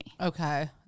Okay